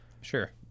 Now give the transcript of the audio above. Sure